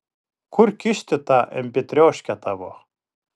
kur kišti tą empėtrioškę tavo